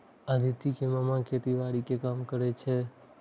अदिति के मामा खेतीबाड़ी के काम करै छै